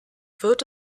wird